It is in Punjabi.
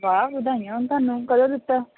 ਵਾਹ ਵਧਾਈਆਂ ਹੋਣ ਤੁਹਾਨੂੰ ਕਦੋਂ ਦਿੱਤਾ